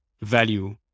value